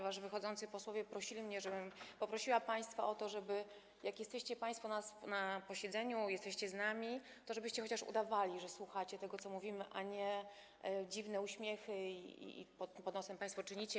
Wychodzący posłowie prosili mnie, żebym poprosiła państwa o to, jak jesteście państwo na posiedzeniu, jesteście z nami, żebyście chociaż udawali, że słuchacie tego, co mówimy, a nie dziwne uśmiechy pod nosem państwo czynicie.